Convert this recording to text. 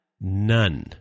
none